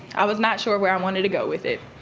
i was not sure where i wanted to go with it.